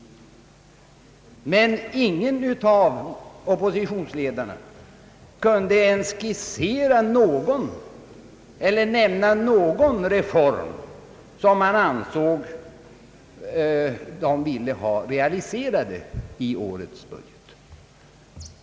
Men ingen av oppositionsledarna kunde ens nämna någon reform som han ville ha realiserad i årets budget.